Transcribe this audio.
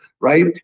right